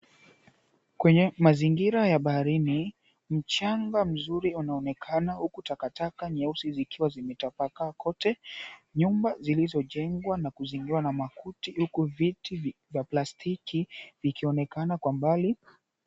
Kwenye mazingira ya baharini mchanga mzuri unaonekana huku takataka nyeusi zikiwa zimetapakaa kote. Nyumba zilizojengwa na kuzimiwa na makuti huku viti vya plastiki vikionekana kwa mbali.